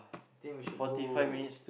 I think we should go